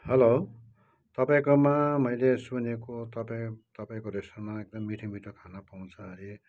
hello तपाईँकोमा मैले सुनेको तपाईँ तपाईँको रेस्टुरेन्टमा एकदम मिठो मिठो खाना पाउँछ अरे